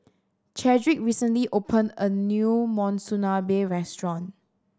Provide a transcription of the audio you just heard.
Chadrick recently opened a new Monsunabe Restaurant